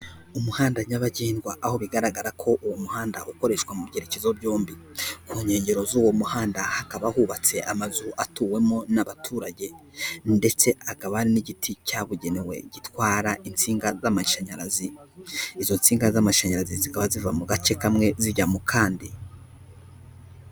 Umuhanda nyabagendwa aho bigaragara ko uwo muhanda ukoreshwa mu byerekezo byombi. Ku nkengero z'uwo muhanda hakaba hubatse amazu atuwemo n'abaturage, ndetse hakaba n'igiti cyabugenewe gitwara insinga z'amashanyarazi. Izo nsinga z'amashanyarazi zikaba ziva mu gace kamwe zijya mu kandi.